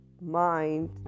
mind